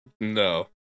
No